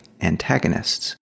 antagonists